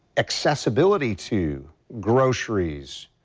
accessibility to groceries,